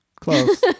Close